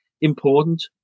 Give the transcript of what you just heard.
important